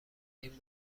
این